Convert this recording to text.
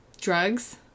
Drugs